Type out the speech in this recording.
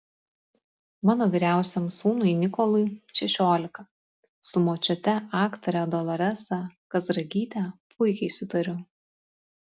mano vyriausiam sūnui nikolui šešiolika su močiute aktore doloresa kazragyte puikiai sutariu